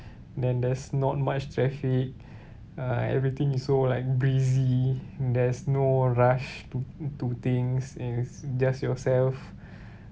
then there's not much traffic uh everything is so like breezy there's no rush to do things it's just yourself